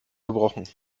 gebrochen